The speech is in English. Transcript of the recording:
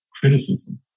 criticism